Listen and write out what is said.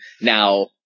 Now